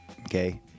Okay